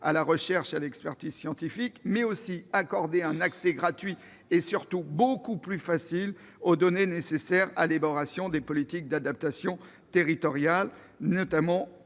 à la recherche et à l'expertise scientifiques ; accorder un accès gratuit, et surtout beaucoup plus facile, aux données nécessaires à l'élaboration des politiques d'adaptation territoriales, notamment